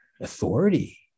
authority